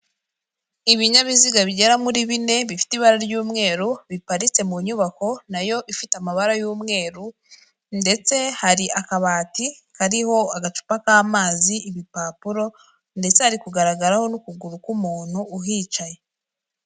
Ibinyabiziga bigera muri bine bifite ibara ry'umweru biparitse mu nyubako na yo ifite amabara y'umweru ndetse hari akabati kariho agacupa k'amazi ibipapuro ndetse hari kugaragaraho n'ukuguru k'umuntu uhicaye.